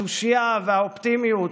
התושייה והאופטימיות,